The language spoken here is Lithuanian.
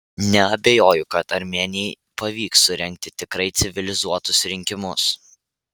neabejoju kad armėnijai pavyks surengti tikrai civilizuotus rinkimus